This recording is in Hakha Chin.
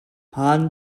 hman